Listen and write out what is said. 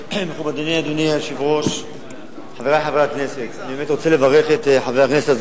היו"ר יצחק וקנין: ישיב על הצעת החוק